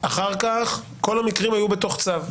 אחר כך כל המקרים היו בתוך צו.